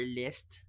list